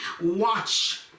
watch